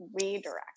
redirect